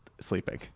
sleeping